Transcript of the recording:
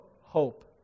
hope